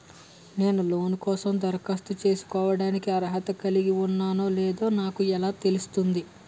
నేను లోన్ కోసం దరఖాస్తు చేసుకోవడానికి అర్హత కలిగి ఉన్నానో లేదో నాకు ఎలా తెలుస్తుంది?